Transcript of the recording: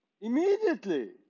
immediately